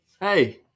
Hey